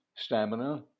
Stamina